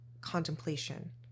contemplation